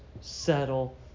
settle